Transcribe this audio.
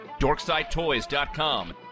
DorksideToys.com